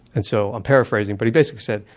and so, i'm paraphrasing, but he basically said,